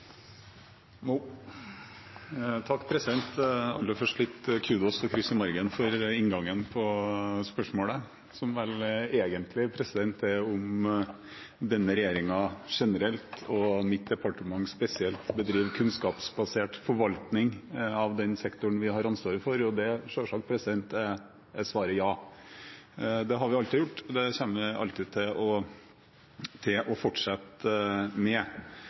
Aller først litt kudos og kryss i margen for inngangen på spørsmålet, som vel egentlig er om denne regjeringen generelt og mitt departement spesielt bedriver kunnskapsbasert forvaltning av den sektoren vi har ansvaret for. Der er selvsagt svaret ja. Det har vi alltid gjort, og det kommer vi alltid til å fortsette med. Så til